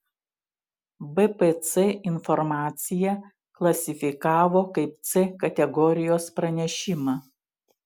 bpc informaciją klasifikavo kaip c kategorijos pranešimą